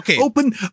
open